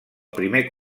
primer